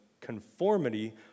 conformity